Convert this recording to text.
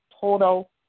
total